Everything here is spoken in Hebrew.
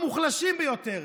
המוחלשים ביותר,